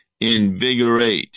invigorate